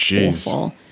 awful